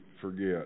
forget